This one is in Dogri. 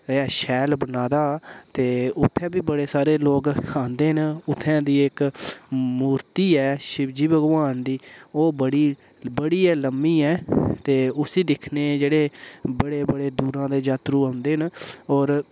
शैल बनाए दा ते उत्थें बी बड़े सारे लोग आंदे न उत्थें दी इक मूर्ति ऐ शिवजी भगवान दी ओह् बड़ी बड़ी गै लम्मीं ऐ ते उसी दिक्खने जेह्ड़े बड़े बड़े दूरा दे जात्तरू आंदे न होर